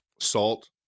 Salt